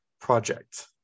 Project